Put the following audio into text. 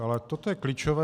Ale toto je klíčové.